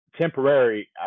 temporary